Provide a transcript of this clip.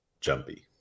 jumpy